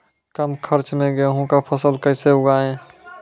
कम खर्च मे गेहूँ का फसल कैसे उगाएं?